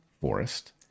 forest